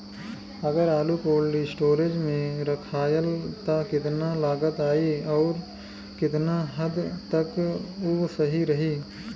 अगर आलू cold storage में रखायल त कितना लागत आई अउर कितना हद तक उ सही रही?